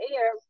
air